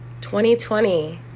2020